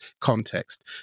context